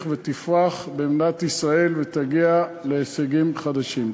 ותפרח במדינת ישראל ותגיע להישגים חדשים.